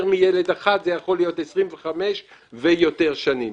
מילד אחד זה גם יכול להיות 25 ואף יותר שנים.